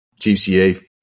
TCA